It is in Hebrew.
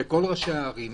של כל ראשי הערים,